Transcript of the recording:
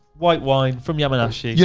white wine from yamanashi. yeah